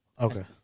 Okay